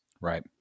Right